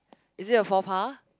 is it a faux pas